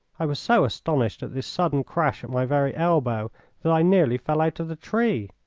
i was so astonished at this sudden crash at my very elbow that i nearly fell out of the tree.